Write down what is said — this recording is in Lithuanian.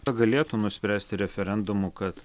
tą galėtų nuspręsti referendumu kad